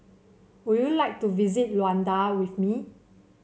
would you like to visit Luanda with me